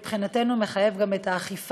שמבחינתנו זה מחייב גם את האכיפה